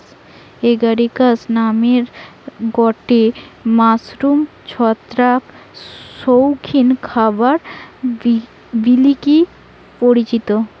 Agaricus নামের গটে mushroom ছত্রাক শৌখিন খাবার বলিকি পরিচিত